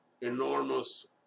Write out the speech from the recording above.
enormous